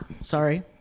Sorry